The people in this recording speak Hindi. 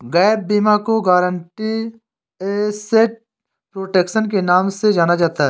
गैप बीमा को गारंटीड एसेट प्रोटेक्शन के नाम से जाना जाता है